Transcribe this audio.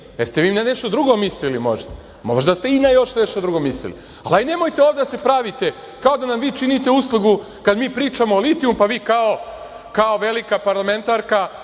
Jeste li vi na nešto drugo mislili možda? Možda ste i na još nešto drugo mislili. Nemojte ovde da se pravite kao da nam vi činite uslugu kad mi pričamo litijumu, pa vi kao velika parlamentarka